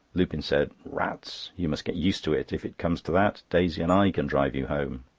lupin said rats! you must get used to it. if it comes to that, daisy and i can drive you home.